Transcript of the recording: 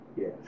Yes